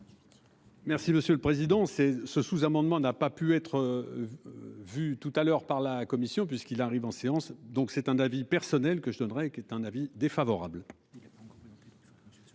Merci, monsieur le Président c'est ce sous-amendement n'a pas pu être. Vu tout à l'heure par la Commission puisqu'il arrive en séance. Donc c'est un avis personnel que je donnerai qui est un avis défavorable.